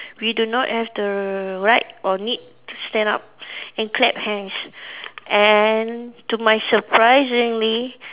we do not have the right or need to stand up and clap hands and to my surprisingly